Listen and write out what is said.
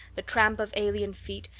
the tramp of alien feet,